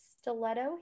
stiletto